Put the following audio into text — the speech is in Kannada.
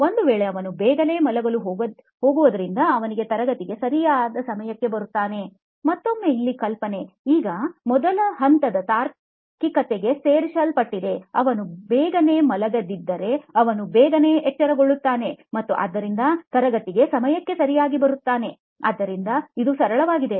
ಒಂದು ವೇಳೆ ಅವನು ಬೇಗನೆ ಮಲಗಲು ಹೋಗುವುದರಿಂದ ಅವನು ತರಗತಿಗೆ ಸರಿ ಸಮಯಕ್ಕೆ ಬರುತ್ತಾನೆ ಮತ್ತೊಮ್ಮೆ ಇಲ್ಲಿ ಕಲ್ಪನೆ ಈಗ ಮೊದಲ ಹಂತದ ತಾರ್ಕಿಕತೆಗೆ ಸೇರಿಸಲ್ಪಟ್ಟಿದೆ ಅವನು ಬೇಗನೆ ಮಲಗಿದ್ದರೆ ಅವನು ಬೇಗನೆ ಎಚ್ಚರಗೊಳ್ಳುತ್ತಾರೆ ಮತ್ತು ಆದ್ದರಿಂದ ತರಗತಿಗೆ ಸಮಯಕ್ಕೆ ಸರಿಯಾಗಿ ಬರುತ್ತಾನೆ ಆದ್ದರಿಂದ ಇದು ಸರಳವಾಗಿದೆ